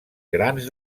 grans